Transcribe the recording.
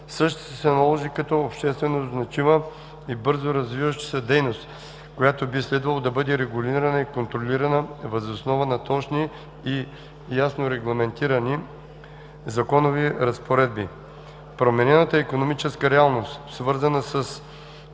същата се наложи като обществено значима и бързоразвиваща се дейност, която би следвало да бъде регулирана и контролирана въз основа на точни и ясно регламентирани законови разпоредби. Променената икономическа реалност, свързана с